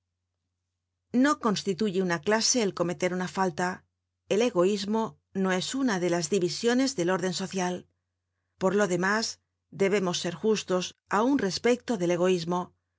no constituye una clase el cometer una falta el egoismo no es una de las divisiones del órden social por lo demás debemos ser justos aun respecto del egoismo